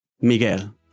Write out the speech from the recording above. Miguel